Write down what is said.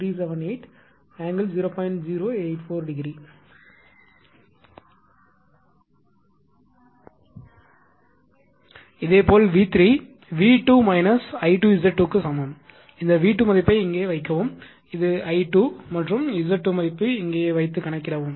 084 ° இதேபோல் V3 V2 I2Z2 க்கு சமம் இந்த V2 மதிப்பை இங்கே வைக்கவும் இந்த I2 மற்றும் Z2 மதிப்பு இங்கேயே வைத்து கணக்கிடவும்